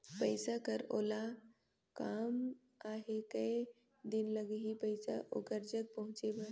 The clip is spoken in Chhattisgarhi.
पइसा कर ओला काम आहे कये दिन लगही पइसा ओकर जग पहुंचे बर?